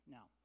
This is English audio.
Now